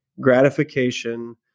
gratification